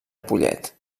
pollet